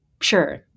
sure